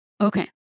Okay